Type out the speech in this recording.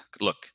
Look